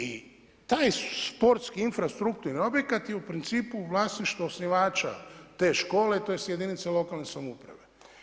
I taj sportski infrastrukturni objekat je u principu vlasništvo osnivača te škole tj. jedinice lokalne samouprave.